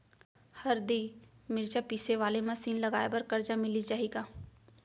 हरदी, मिरचा पीसे वाले मशीन लगाए बर करजा मिलिस जाही का?